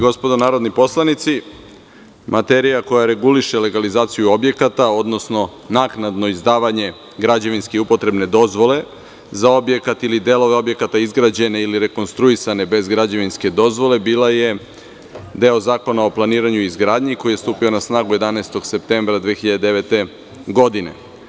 Dame i gospodo narodni poslanici, materija koja reguliše legalizaciju objekata, odnosno naknadno izdavanje građevinske i upotrebne dozvole za objekat ili delove objekata izgrađene ili rekonstruisane bez građevinske dozvole bila je deo Zakona o planiranju i izgradnji koji je stupio na snagu 11. septembra 2009. godine.